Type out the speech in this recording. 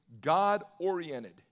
God-oriented